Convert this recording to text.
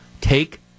take